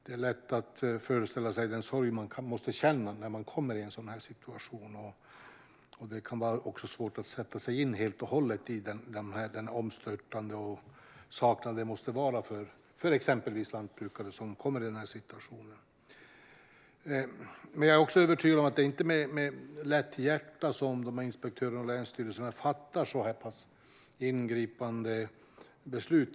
Det är lätt att föreställa sig den sorg man måste känna när man hamnar i en sådan situation. Det kan också vara svårt att sätta sig in helt och hållet i den omstörtande situation och den saknad det måste innebära för exempelvis lantbrukare som råkar ut för detta. Jag är dock också övertygad om att det inte är med lätt hjärta som inspektörerna och länsstyrelserna fattar så här pass ingripande beslut.